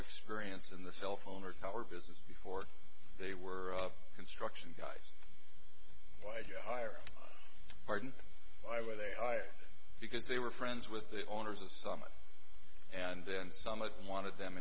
experience in the cell phone or power business before they were up construction guys why do you hire pardon i where they hire because they were friends with the owners of summit and then some of them wanted them